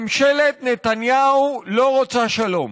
ממשלת נתניהו לא רוצה שלום.